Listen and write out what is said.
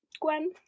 Gwen